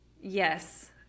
yes